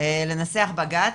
לנסח בג"ץ,